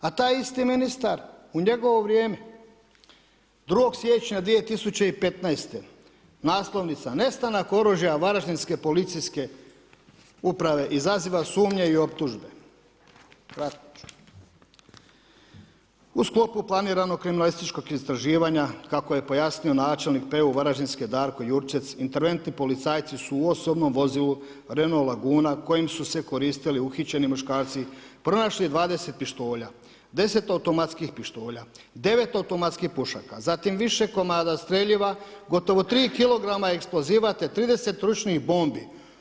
A taj isti ministar, u njegovo vrijeme, 2. siječnja 2015., naslovnica, nestanak oružja varaždinske policije uprave izaziva sumnje i optužbe. ... U sklopu planiranog kriminalističkog istraživanja, kako je pojasnio načelnik PU Varaždinske Darko Jurčec, interventni policajci su u osobnom vozilu Renault Laguna kojim su se koristili uhićeni muškarci pronašli 20 pištolja, 10 automatskih pištolja, 9 automatskih pušaka, zatim više komada streljiva, gotovo 3 kg eksploziva te 30 ručnih bombi.